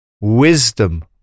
Wisdom